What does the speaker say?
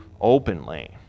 openly